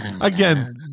Again